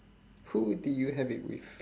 who did you have it with